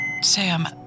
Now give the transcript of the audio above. Sam